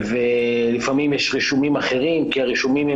ולפעמים יש רישומים אחרים כי הרישומים הם